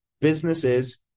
businesses